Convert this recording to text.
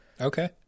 Okay